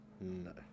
No